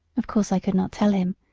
of course i could not tell him,